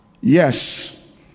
Yes